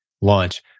launch